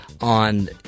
on